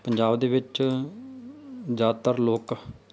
ਪੰਜਾਬ ਦੇ ਵਿੱਚ ਜ਼ਿਆਦਾਤਰ ਲੋਕ